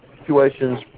situations